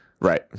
Right